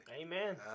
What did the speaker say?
Amen